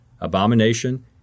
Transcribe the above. abomination